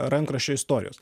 rankraščio istorijos